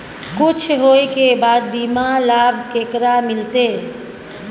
कुछ होय के बाद बीमा लाभ केकरा मिलते?